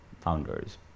founders